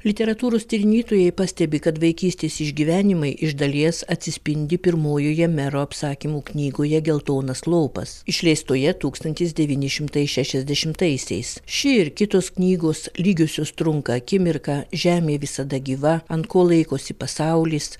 literatūros tyrinėtojai pastebi kad vaikystės išgyvenimai iš dalies atsispindi pirmojoje mero apsakymų knygoje geltonas lopas išleistoje tūkstantis devyni šimtai šešiasdešimaisiais ši ir kitos knygos lygiosios trunka akimirką žemė visada gyva ant ko laikosi pasaulis